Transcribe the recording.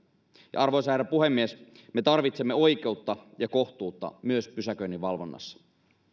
ja arvoisa herra puhemies me tarvitsemme oikeutta ja kohtuutta myös pysäköinninvalvonnassa